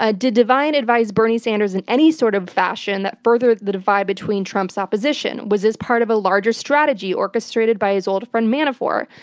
ah did devine advise bernie sanders in any sort of fashion that furthered the divide between trump's opposition? was this part of a larger strategy orchestrated by his old friend manafort?